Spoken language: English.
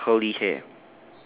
and is a curly hair